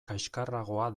kaxkarragoa